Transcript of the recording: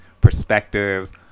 perspectives